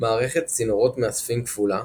מערכת צינורות מאספים כפולה,